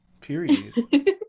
Period